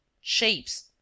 shapes